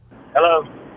Hello